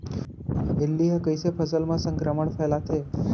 इल्ली ह कइसे फसल म संक्रमण फइलाथे?